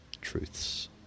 truths